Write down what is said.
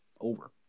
Over